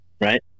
Right